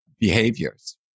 behaviors